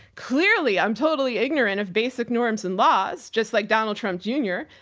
clearly i'm totally ignorant of basic norms and laws. just like donald trump jr.